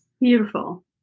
beautiful